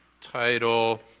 title